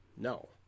No